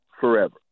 forever